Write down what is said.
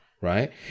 right